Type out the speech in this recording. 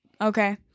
okay